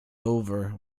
over